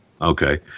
Okay